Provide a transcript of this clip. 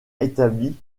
établie